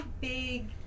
big